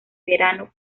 verano